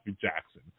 Jackson